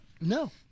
no